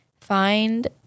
find